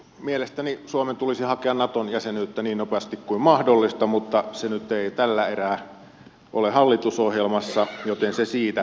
mielestäni suomen tulisi hakea naton jäsenyyttä niin nopeasti kuin mahdollista mutta se nyt ei tällä erää ole hallitusohjelmassa joten se siitä